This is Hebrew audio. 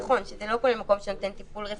נכון, שזה לא כולל מקום שנותן טיפול רפואי.